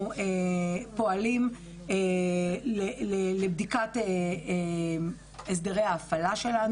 אנחנו פועלים לבדיקת הסדרי ההפעלה שלנו.